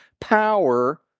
power